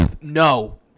no